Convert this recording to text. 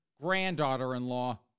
granddaughter-in-law